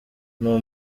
n’uwo